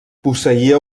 posseïa